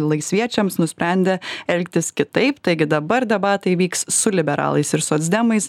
laisviečiams nusprendė elgtis kitaip taigi dabar debatai vyks su liberalais ir socdemais